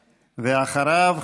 ואחריו,